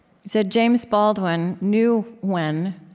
said, james baldwin knew, when,